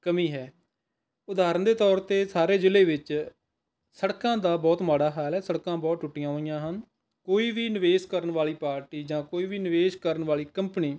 ਕਮੀ ਹੈ ਉਦਾਹਰਣ ਦੇ ਤੌਰ 'ਤੇ ਸਾਰੇ ਜ਼ਿਲ੍ਹੇ ਵਿੱਚ ਸੜਕਾਂ ਦਾ ਬਹੁਤ ਮਾੜਾ ਹਾਲ ਹੈ ਸੜਕਾਂ ਬਹੁਤ ਟੁੱਟੀਆਂ ਹੋਈਆਂ ਹਨ ਕੋਈ ਵੀ ਨਿਵੇਸ਼ ਕਰਨ ਵਾਲੀ ਪਾਰਟੀ ਜਾਂ ਕੋਈ ਵੀ ਨਿਵੇਸ਼ ਕਰਨ ਵਾਲੀ ਕੰਪਨੀ